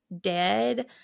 dead